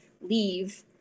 leave